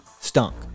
Stunk